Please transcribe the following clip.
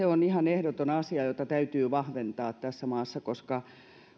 on ihan ehdoton asia jota täytyy vahventaa tässä maassa koska